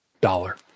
dollar